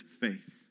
faith